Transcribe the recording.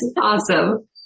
awesome